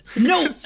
no